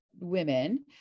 women